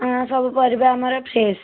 ହଁ ସବୁ ପରିବା ଆମର ଫ୍ରେସ୍